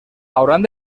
hauran